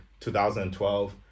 2012